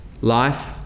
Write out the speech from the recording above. Life